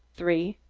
three.